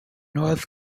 north